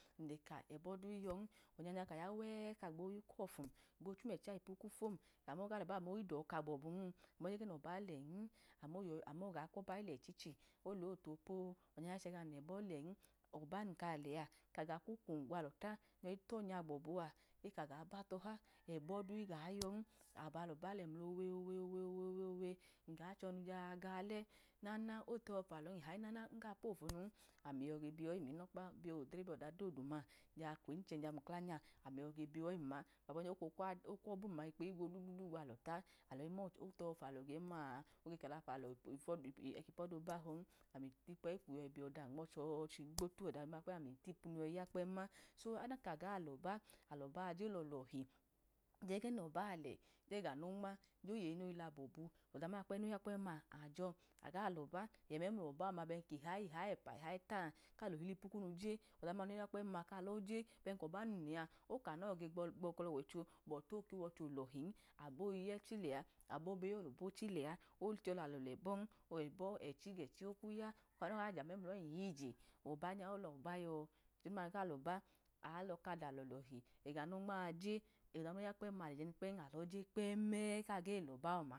N leka ẹbọ du iyọn, onyanu ẹ ka gbo yukọl fum, gbo chum ẹcha ipufon kami oga lọba ami odọka gbọbun, ami jege nọba lẹn, ami oga kwọba ilẹ ichindi, olẹa otopo, onyanye iche gan lẹbọ gẹn, ọba num kaga lẹa kmu kmu gwalọ ta ga tọnya gbọbu a, eka ga ba tọha, nka lẹbọ gẹn, abalọ ba lẹ mlạ owe owe owe, nga chomu ga olẹ nana oke kmula ihaji nana nga po ofumu, ami yọ ge biyọyi ma unọkpa ami yọge biyọyi ma kwu odre kwu ọda dodu, ja kwuichẹ nya yọge biyọyim-ma abọ no kmu obum ma akepeyi gmo dundasu gwalọ ta, alọ imọ, otẹhọ fnalọ gem ma okọla fnalọ, opu kọda o̱bahọn, ami tikwẹyi kmu obiyọda him nmọchochi waji gbotu. Odadudu ami tepunu yọyi ya kpem ma. Ọdan kaga lọba, lọbaa jelolohi jege, nbale, jega no nma, je oyeyi noyi la gbobu, uma noge ya kpẹm ma ajọ, aga li leyẹ mloba ihayi eyi ẹpa aman kẹt kalotulipu, je ọda duma noge kpem ma kaloje ben kọba num lẹa oka no wochẹ opu okela owọliho oke wọchẹ olọhin, abo ge yechi lẹa abo ge yoloboche lẹn, oche lalọ lebọn ẹbọ ẹche gechi okmuya, okanọyi ga jami memlọyin yije, ọba yọ? Ochẹ duma ga lọba, aloka da lọhi, lega no nma je, ọda du noge ya je kpẹm ẹ kage lọba ọma.